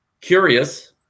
curious